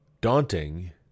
daunting